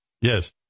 Yes